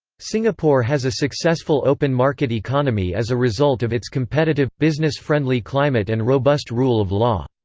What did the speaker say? singapore has a successful open market economy as a result of its competitive, business-friendly climate and robust rule of law.